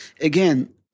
again